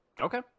Okay